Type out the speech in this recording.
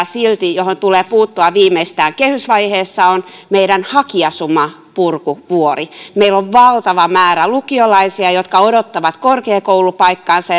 silti ja johon tulee puuttua viimeistään kehysvaiheessa on meidän hakijasumavuoren purku meillä on valtava määrä lukiolaisia jotka odottavat korkeakoulupaikkaansa